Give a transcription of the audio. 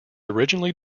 originally